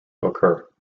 occur